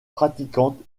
pratiquante